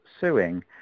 suing